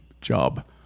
Job